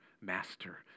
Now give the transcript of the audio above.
Master